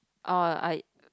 orh I